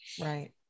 Right